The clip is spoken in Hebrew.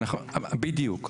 בדיוק.